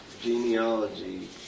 genealogy